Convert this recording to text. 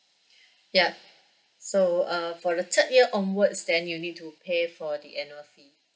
ya so uh for the third year onwards then you need to pay for the annual fee